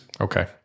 Okay